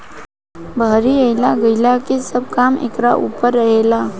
बहरी अइला गईला के सब काम एकरे ऊपर रहेला